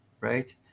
right